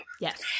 Yes